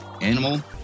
animal